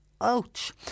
Ouch